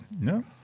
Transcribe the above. no